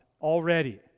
already